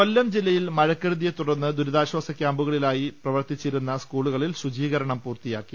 കൊല്ലം ജില്ലയിൽ മഴക്കെടുതിയെത്തുടർന്ന് ദുരിതാശ്വാസ കൃാമ്പുകളായി പ്രവർത്തിച്ചിരുന്ന സ്കൂളുകളിൽ ശുചീകരണം പൂർത്തിയാക്കി